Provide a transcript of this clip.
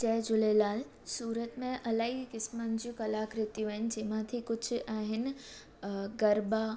जय झूलेलाल सूरत में अलाई क़िस्मनि जूं कलाकृतियूं आहिनि जे मां ति कुझु आहिनि अ गरबा